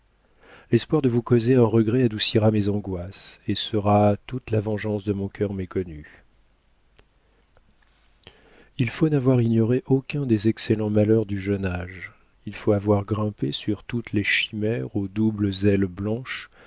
l'espoir de vous causer un regret adoucira mes angoisses et sera toute la vengeance de mon cœur méconnu il faut n'avoir ignoré aucun des excellents malheurs du jeune âge il faut avoir grimpé sur toutes les chimères aux doubles ailes blanches